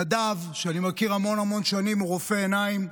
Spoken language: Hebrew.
נדב, שאני מכיר המון המון שנים, הוא רופא עיניים,